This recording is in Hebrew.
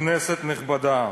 כנסת נכבדה,